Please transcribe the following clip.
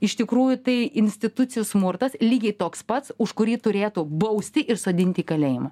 iš tikrųjų tai institucijų smurtas lygiai toks pats už kurį turėtų bausti ir sodinti į kalėjimą